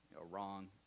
wrong